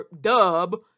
Dub